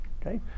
okay